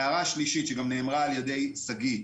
הערה שלישית, שגם נאמרה על ידי שגיא.